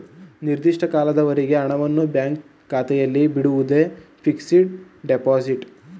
ನಿರ್ದಿಷ್ಟ ಕಾಲದವರೆಗೆ ಹಣವನ್ನು ಬ್ಯಾಂಕ್ ಖಾತೆಯಲ್ಲಿ ಬಿಡುವುದೇ ಫಿಕ್ಸಡ್ ಡೆಪೋಸಿಟ್